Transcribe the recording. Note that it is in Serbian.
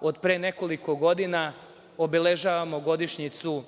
Od pre nekoliko godina obeležavamo godišnjicu